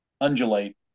Undulate